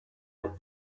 had